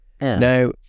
Now